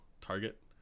target